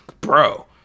Bro